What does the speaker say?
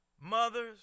Mothers